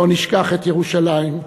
לא נשכח את ירושלים,